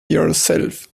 yourself